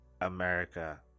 america